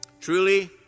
Truly